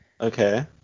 Okay